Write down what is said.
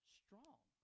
strong